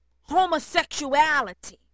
homosexuality